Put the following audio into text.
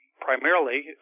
primarily